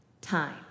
time